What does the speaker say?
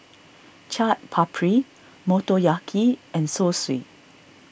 Chaat Papri Motoyaki and Zosui